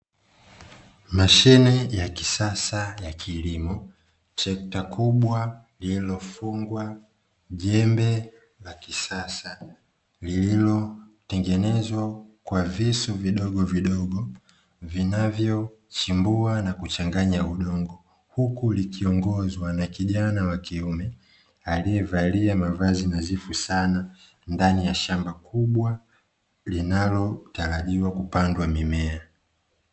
Mashine ya kisasa ya kilimo, trekta kubwa lililofungwa jembe la kisasa lililotengenezwa kwa visu vidogovidogo vinavyochimbua na kuchanganya udongo. Huku likiongozwa na kijana wa kiume aliyevalia mavazi nadhifu sana ndani ya shamba kubwa linalotarajiwa kupandwa mimea.